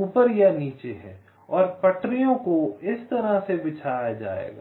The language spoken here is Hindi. ऊपर या नीचे हैं और पटरियों को इस तरह से बिछाया जाएगा